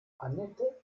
anette